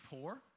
poor